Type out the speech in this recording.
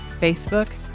Facebook